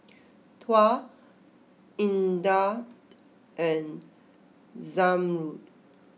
Tuah Indah and Zamrud